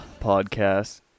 Podcast